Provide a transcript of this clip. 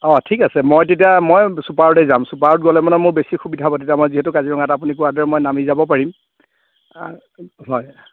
অ ঠিক আছে মই তেতিয়া মই ছুপাৰতে যাম ছুপাৰত গ'লে মানে মোৰ বেছি সুবিধা হ'ব তেতিয়া মই যিহেতু কাজিৰঙাত আপুনি কোৱাৰ দৰে মই নামি যাব পাৰিম হয়